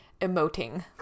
emoting